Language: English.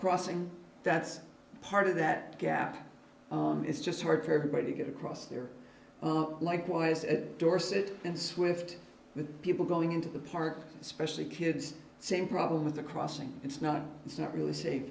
crossing that's part of that gap it's just hard for everybody to get across there likewise at dorset and swift with people going into the park especially kids same problem with the crossing it's not it's not